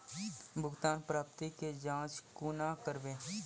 भुगतान प्राप्ति के जाँच कूना करवै?